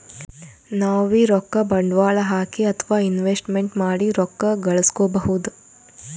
ನಾವ್ಬೀ ರೊಕ್ಕ ಬಂಡ್ವಾಳ್ ಹಾಕಿ ಅಥವಾ ಇನ್ವೆಸ್ಟ್ಮೆಂಟ್ ಮಾಡಿ ರೊಕ್ಕ ಘಳಸ್ಕೊಬಹುದ್